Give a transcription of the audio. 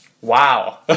Wow